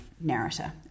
narrator